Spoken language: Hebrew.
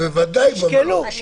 במלון עצמו?